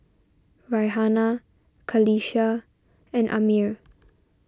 Raihana Qalisha and Ammir